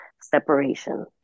separation